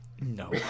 No